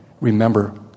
remember